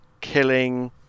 killing